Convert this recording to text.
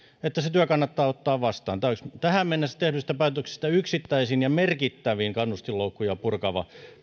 niin se työ kannattaa ottaa vastaan tämä on tähän mennessä tehdyistä päätöksistä merkittävin yksittäinen kannustinloukkuja purkava